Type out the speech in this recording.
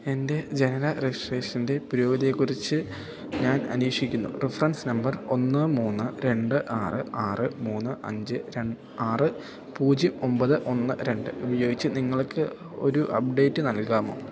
എൻ്റെ ജനന രജിസ്ട്രേഷൻ്റെ പുരോഗതിയെക്കുറിച്ച് ഞാൻ അന്വേഷിക്കുന്നു റഫറൻസ് നമ്പർ ഒന്ന് മൂന്ന് രണ്ട് ആറ് ആറ് മൂന്ന് അഞ്ച് ആറ് പൂജ്യം ഒമ്പത് ഒന്ന് രണ്ട് ഉപയോഗിച്ച് നിങ്ങൾക്ക് ഒരു അപ്ഡേറ്റ് നൽകാമോ